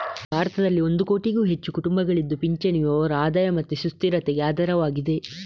ಭಾರತದಲ್ಲಿ ಒಂದು ಕೋಟಿಗೂ ಹೆಚ್ಚು ಕುಟುಂಬಗಳಿದ್ದು ಪಿಂಚಣಿಯು ಅವರ ಆದಾಯ ಮತ್ತೆ ಸುಸ್ಥಿರತೆಗೆ ಆಧಾರವಾಗಿದೆ